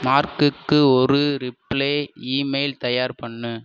மார்க்குக்கு ஒரு reply email தயார் பண்ணு